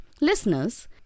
Listeners